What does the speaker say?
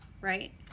right